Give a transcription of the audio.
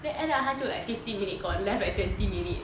then end up 他就 like fifty minute gone left like twenty minute